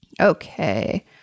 Okay